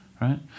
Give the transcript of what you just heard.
right